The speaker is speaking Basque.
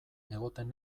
egoten